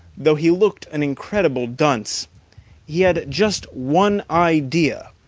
though he looked an incredible dunce he had just one idea